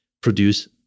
produce